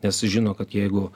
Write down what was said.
nes žino kad jeigu